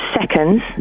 seconds